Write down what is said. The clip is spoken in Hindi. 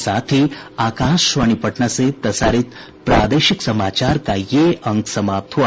इसके साथ ही आकाशवाणी पटना से प्रसारित प्रादेशिक समाचार का ये अंक समाप्त हुआ